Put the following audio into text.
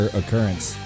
occurrence